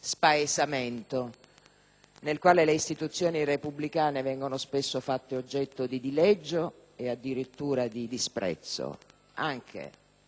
nel quale le istituzioni repubblicane vengono spesso fatte oggetto di dileggio e addirittura di disprezzo, anche da parte di